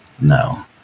No